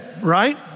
right